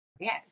Yes